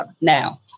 now